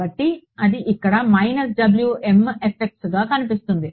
కాబట్టి అది ఇక్కడ మైనస్ W m x fxగా కనిపిస్తుంది